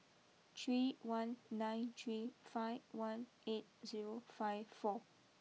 three one nine three five one eight zero five four